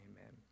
amen